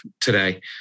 today